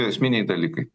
esminiai dalykai